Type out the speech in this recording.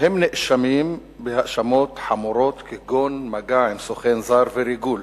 הם נאשמים בהאשמות חמורות כגון מגע עם סוכן זר וריגול,